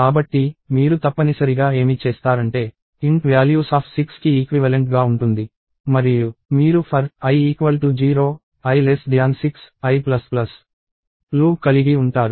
కాబట్టి మీరు తప్పనిసరిగా ఏమి చేస్తారంటే int values6 కి ఈక్వివలెంట్ గా ఉంటుంది మరియు మీరు fori 0 i 6 i లూప్ కలిగి ఉంటారు